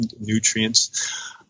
nutrients